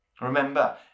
Remember